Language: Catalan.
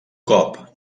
cop